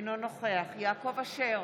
אינו נוכח יעקב אשר,